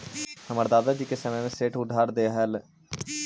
हमर दादा जी के समय में सेठ उधार देलकइ हल